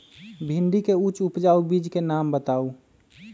भिंडी के उच्च उपजाऊ बीज के नाम बताऊ?